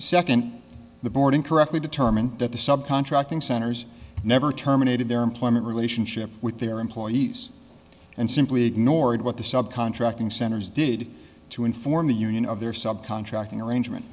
second the board incorrectly determined that the sub contracting centers never terminated their employment relationship with their employees and simply ignored what the sub contracting centers did to inform the union of their sub contracting arrangement